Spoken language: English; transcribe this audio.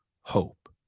hope